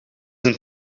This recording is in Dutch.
een